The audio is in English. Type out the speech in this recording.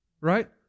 Right